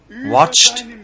watched